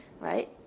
right